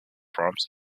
proms